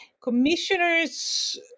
Commissioners